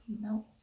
no